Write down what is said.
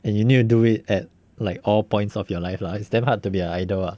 and you need to do it at like all points of your life lah it's damn hard to be a idol ah